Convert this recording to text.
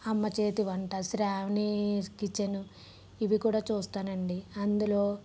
అమ్మ చేతి వంట శ్రావణిస్ కిచెన్ ఇవి కూడా చూస్తాను అండి అందులో